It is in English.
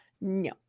No